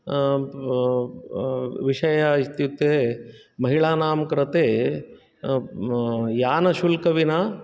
विषय इत्युक्ते महिलानां कृते यानं शुल्कं विना